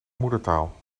moedertaal